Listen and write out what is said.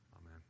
Amen